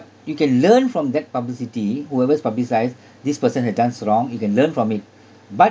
you can learn from that publicity whoever's publicised this person has done wrong you can learn from it but